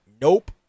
nope